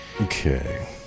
Okay